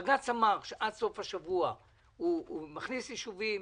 בג"ץ אמר שעד סוף השבוע הוא מכניס יישובים